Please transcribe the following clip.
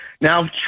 Now